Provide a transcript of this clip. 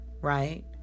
right